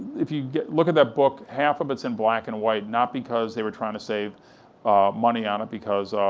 if you look at that book, half of it's in black in white not because they were trying to save money on it, because